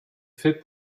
fait